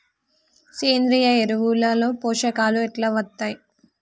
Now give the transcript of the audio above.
సేంద్రీయ ఎరువుల లో పోషకాలు ఎట్లా వత్తయ్?